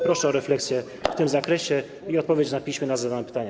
Proszę o refleksję w tym zakresie i odpowiedź na piśmie na zadane pytanie.